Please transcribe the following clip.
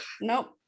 Nope